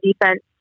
defense